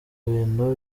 bintu